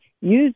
use